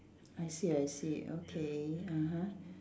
I see I see okay (uh huh)